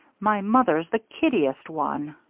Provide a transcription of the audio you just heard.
my mother's the kiddiest one.